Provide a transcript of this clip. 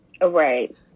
right